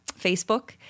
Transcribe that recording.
Facebook